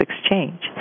exchange